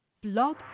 Blog